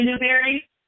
Newberry